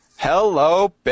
Hello